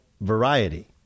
variety